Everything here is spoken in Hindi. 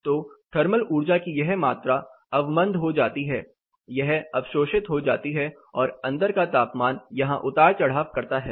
तो थर्मल ऊर्जा की यह मात्रा अवमन्द हो जाती है यह अवशोषित हो जाती है और अंदर का तापमान यहां उतार चढ़ाव करता है